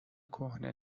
کهنه